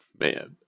Man